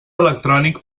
electrònic